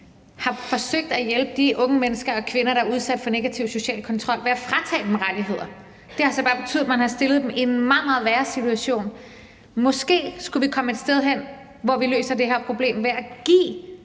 har forsøgt at hjælpe de unge mennesker og kvinder, der er udsat for negativ social kontrol, ved at fratage dem rettigheder. Det har så bare betydet, at man har stillet dem i en meget, meget værre situation. Måske skulle vi komme et sted hen, hvor vi løser det her problem ved at give